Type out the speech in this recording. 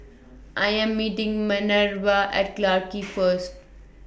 I Am meeting Manervia At Clarke Quay First